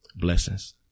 Blessings